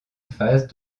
phase